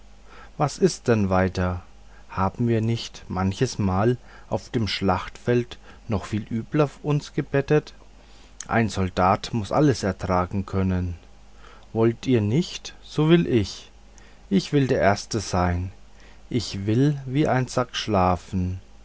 was ist denn weiter haben wir nicht manches mal auf dem schlachtfelde noch viel übler uns gebettet ein soldat muß alles ertragen können wollt ihr nicht so will ich ich will der erste sein ich will wie ein sack schlafen